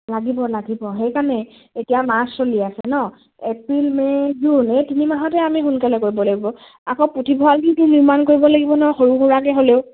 লাগিব লাগিব সেইকাৰণে এতিয়া মাৰ্চ চলি আছে ন এপ্ৰিল মে' জুন এই তিনি মাহতে আমি সোনকালে কৰিব লাগিব আকৌ পুথিভঁৰালটো নিৰ্মাণ কৰিব লাগিব নহয় সৰু সুৰাকে হ'লেও